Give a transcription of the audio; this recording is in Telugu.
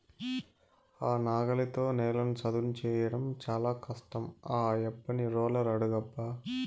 ఆ నాగలితో నేలను చదును చేయడం చాలా కష్టం ఆ యబ్బని రోలర్ అడుగబ్బా